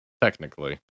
Technically